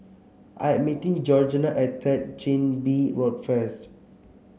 I'm meeting Georganna at Third Chin Bee Road first